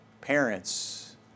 parents